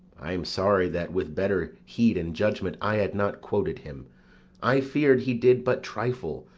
i am sorry that with better heed and judgment i had not quoted him i fear'd he did but trifle,